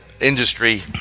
industry